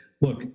look